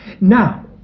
Now